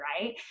Right